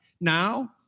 Now